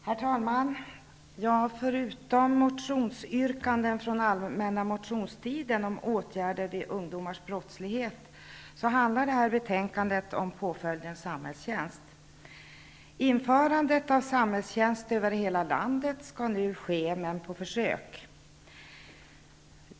Herr talman! Förutom motionsyrkanden från allmänna motionstiden om åtgärder för ungdomars brottslighet, behandlas i det här betänkandet frågan om påföljden samhällstjänst. men på försök.